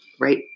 right